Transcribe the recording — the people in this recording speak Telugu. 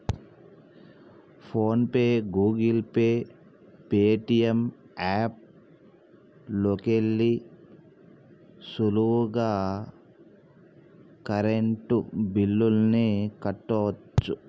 phone pay, Google Pay, Paytm app లోకెల్లి సులువుగా కరెంటు బిల్లుల్ని కట్టచ్చు